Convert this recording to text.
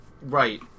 Right